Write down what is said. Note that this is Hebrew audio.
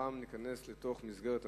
הפעם ניכנס לתוך מסגרת הזמן.